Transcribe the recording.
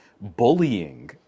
bullying